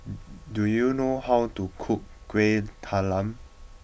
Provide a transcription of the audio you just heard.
do you know how to cook Kueh Talam